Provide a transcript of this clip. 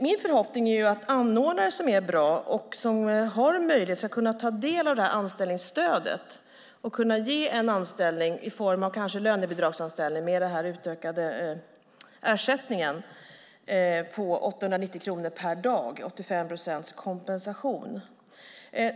Min förhoppning är att anordnare som är bra och som har en möjlighet ska kunna ta del av det här anställningsstödet och kunna ge en lönebidragsanställning med hjälp av den utökade ersättningen på 890 kronor per dag, alltså 85 procents kompensation.